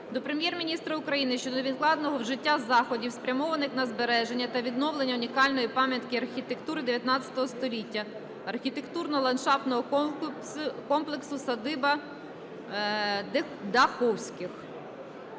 до Прем'єр-міністра України щодо невідкладного вжиття заходів, спрямованих на збереження та відновлення унікальної пам'ятки архітектури ХІХ століття – архітектурно-ландшафтного комплексу "Садиба Даховських".